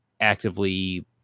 actively